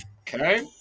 Okay